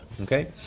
Okay